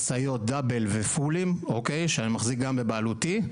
משאיות דאבל ופולים שאני מחזיק גם בבעלותי,